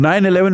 9-11